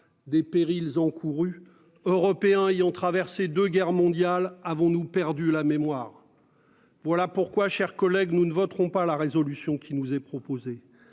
des périls encourus européens ayant traversé 2 guerres mondiales. Avons-nous perdu la mémoire. Voilà pourquoi, chers collègues, nous ne voterons pas la résolution qui nous est proposé.